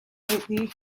lately